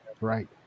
Right